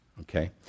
okay